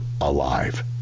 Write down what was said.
alive